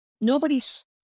nobody's